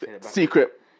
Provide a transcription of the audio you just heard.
secret